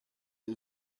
der